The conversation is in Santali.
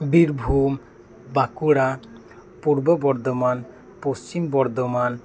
ᱵᱤᱨᱵᱷᱩᱢ ᱵᱟᱸᱠᱩᱲᱟ ᱯᱩᱨᱵᱚ ᱵᱚᱨᱫᱷᱚᱢᱟᱱ ᱯᱚᱥᱪᱤᱢ ᱵᱚᱨᱫᱷᱚᱢᱟᱱ